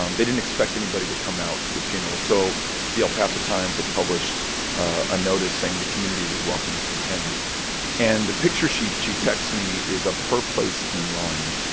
um they didn't expect anybody to come out to the funeral, so the el paso times had published a notice saying the community was welcome to attend and the picture she she texts me is of her place in line,